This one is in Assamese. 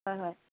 হয় হয়